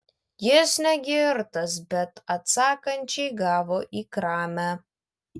jis ne girtas bet atsakančiai gavo į kramę